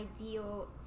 ideal